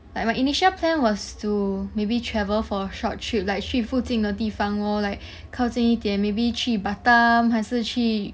like my initial plan was to maybe travel for a short trip like 去附近的地方 lor like 靠近一点 maybe 去 batam 还是去